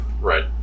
Right